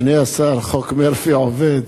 אדוני השר, חוק מרפי עובד.